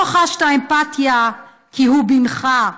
לא חשת אמפתיה כי הוא בנך.